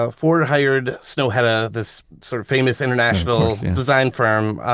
ah ford hired snohetta, this sort of famous international design firm,